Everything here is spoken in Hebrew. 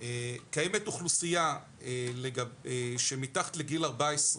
קיימת אוכלוסייה שמתחת לגיל 14,